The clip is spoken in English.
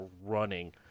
running